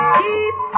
keep